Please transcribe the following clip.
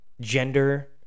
gender